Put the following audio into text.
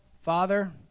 Father